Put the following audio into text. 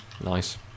Nice